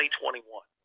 2021